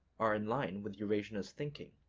are in line with eurasianist thinking.